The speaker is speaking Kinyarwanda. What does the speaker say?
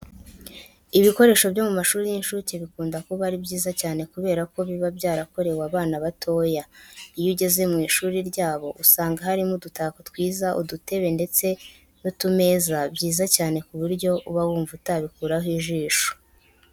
Ibikoresho byo mu mashuri y'inshuke bikunda kuba ari byiza cyane kubera ko biba byarakorewe abana batoya. Iyo ugeze mu ishuri ryabo usanga harimo udutako twiza, udutebe ndetse n'utumeza byiza cyane ku buryo uba wumva utabikuraho ijisho.